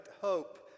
hope